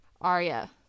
Arya